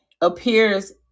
appears